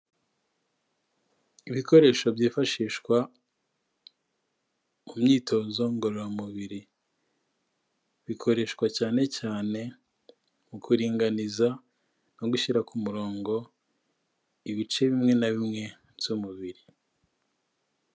Ibikoresho byifashishwa mu myitozo ngororamubiri, bikoreshwa cyane cyane mu kuringaniza no gushyira ku murongo ibice bimwe na bimwe by'umubiri.